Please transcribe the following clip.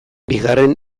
bigarren